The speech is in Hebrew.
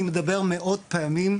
אני מדבר על מאות פעמים,